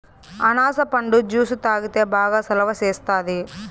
అనాస పండు జ్యుసు తాగితే బాగా సలవ సేస్తాది